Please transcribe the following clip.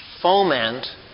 foment